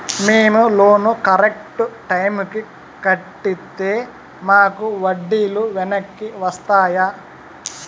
మేము loan correct టైముకి కట్టితే మాకు వడ్డీ లు వెనక్కి వస్తాయా?